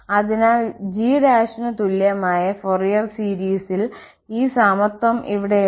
അതിനാൽ g ന് തുല്യമായ ഫോറിയർ സീരിസിൽ ഈ സമത്വം ഇവിടെയുണ്ട്